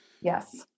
Yes